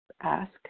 ask